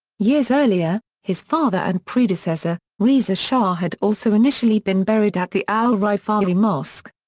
years earlier, his father and predecessor, reza shah had also initially been buried at the al rifa'i mosque.